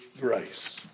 grace